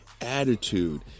attitude